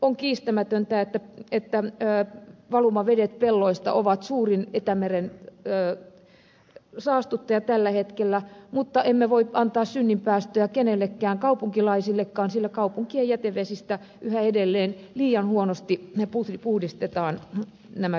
on kiistämätöntä että valumavedet pelloista ovat suurin itämeren saastuttaja tällä hetkellä mutta emme voi antaa synninpäästöä kenellekään kaupunkilaisillekaan sillä kaupunkien jätevesistä yhä edelleen liian huonosti puhdistetaan nämä vedet